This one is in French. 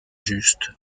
just